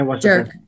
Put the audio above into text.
jerk